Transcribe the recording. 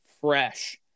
fresh